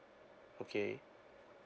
okay